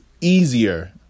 easier